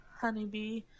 Honeybee